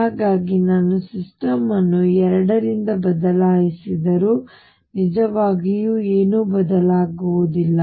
ಹಾಗಾಗಿ ನಾನು ಸಿಸ್ಟಮ್ ಅನ್ನು 2 ರಿಂದ ಬದಲಾಯಿಸಿದರೂ ನಿಜವಾಗಿಯೂ ಏನೂ ಬದಲಾಗುವುದಿಲ್ಲ